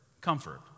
comfort